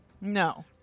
No